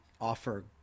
offer